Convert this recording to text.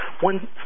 one